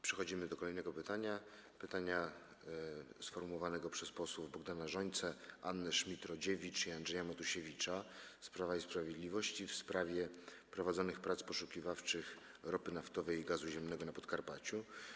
Przechodzimy do kolejnego pytania, pytania sformułowanego przez posłów Bogdana Rzońcę, Annę Schmidt-Rodziewicz i Andrzeja Matusiewicza z Prawa i Sprawiedliwości, w sprawie prowadzonych prac poszukiwawczych ropy naftowej i gazu ziemnego na Podkarpaciu.